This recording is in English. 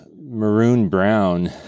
maroon-brown